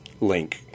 link